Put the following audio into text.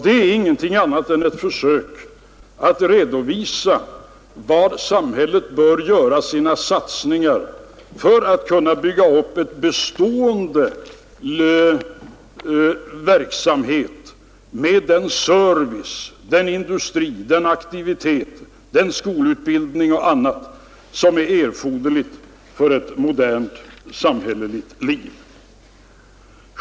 Den är ingenting annat än ett försök att redovisa var samhället bör göra sina satsningar för att kunna bygga upp en bestående verksamhet med den service, den industri, den aktivitet, den skolutbildning och annat som är erforderligt för ett modernt samhälleligt liv.